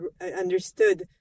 understood